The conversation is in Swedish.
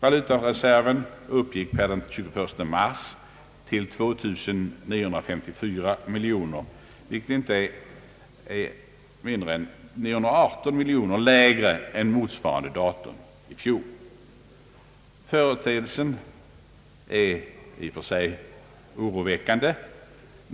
Valutareserven uppgick den 21 mars till 2954 miljoner kronor, vilket är inte mindre än 918 miljoner kronor lägre än motsvarande datum i fjol. Företeelsen är i och för sig oroväckande.